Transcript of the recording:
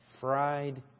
Fried